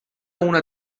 una